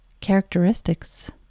characteristics